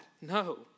No